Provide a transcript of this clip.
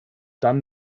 dann